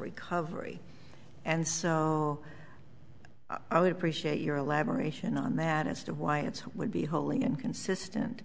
recovery and so i would appreciate your elaboration on that as to why it would be wholly inconsistent